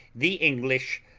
the english,